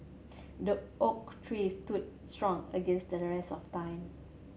the oak tree stood strong against the test of time